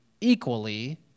equally